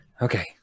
okay